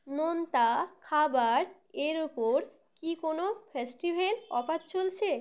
নোনতা খাবার এর ওপর কি কোনো ফেস্টিভেল অফার চলছে